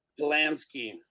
Polanski